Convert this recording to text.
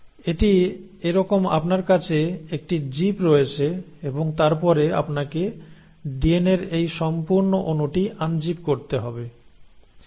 এটি এরকম আপনার কাছে একটি জিপ রয়েছে এবং তারপরে আপনাকে ডিএনএর এই সম্পূর্ণ অণুটি আনজিপ করতে হবে